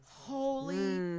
Holy